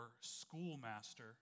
schoolmaster